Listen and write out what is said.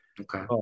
Okay